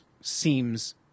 seems